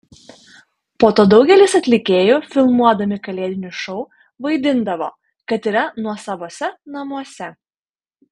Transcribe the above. po to daugelis atlikėjų filmuodami kalėdinius šou vaidindavo kad yra nuosavose namuose